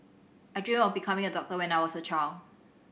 I dreamt of becoming a doctor when I was a child